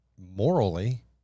morally